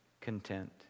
content